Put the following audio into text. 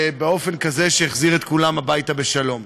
באופן כזה שהחזיר את כולם הביתה בשלום.